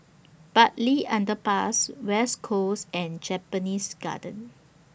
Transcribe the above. Bartley Underpass West Coast and Japanese Garden